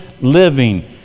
living